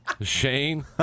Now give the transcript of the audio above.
Shane